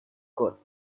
good